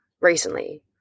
recently